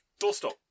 doorstop